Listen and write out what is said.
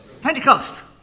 Pentecost